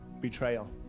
betrayal